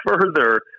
further